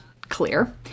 clear